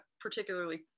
particularly